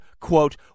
quote